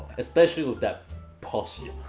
especially with that posture.